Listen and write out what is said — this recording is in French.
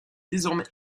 désormais